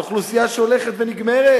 על אוכלוסייה שהולכת ונגמרת?